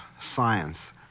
science